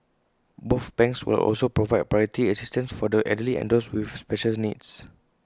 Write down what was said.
both banks will also provide priority assistance for the elderly and those with specials needs